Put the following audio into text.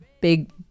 big